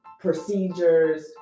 procedures